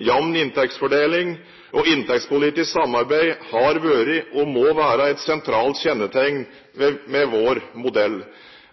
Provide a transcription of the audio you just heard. jamn inntektsfordeling og inntektspolitisk samarbeid har vært, og må være, et sentralt kjennetegn ved vår modell.